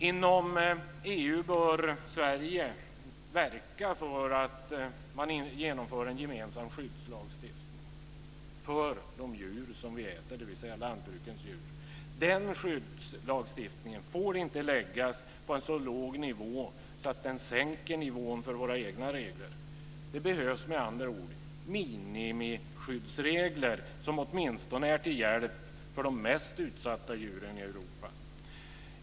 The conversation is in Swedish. Inom EU bör Sverige verka för att man genomför en gemensam skyddslagstiftning för de djur som vi äter, dvs. lantbrukens djur. Den skyddslagstiftningen får inte läggas på en så låg nivå att den sänker nivån för våra egna regler. Det behövs med andra ord minimiskyddsregler som åtminstone är till hjälp för de mest utsatta djuren i Europa.